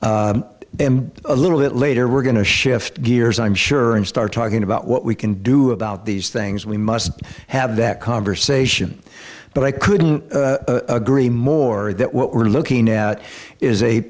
and a little bit later we're going to shift gears i'm sure and start talking about what we can do about these things we must have that conversation but i couldn't agree more that what we're looking at is a